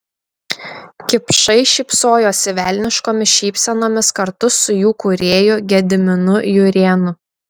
kipšai šypsojosi velniškomis šypsenomis kartu su jų kūrėju gediminu jurėnu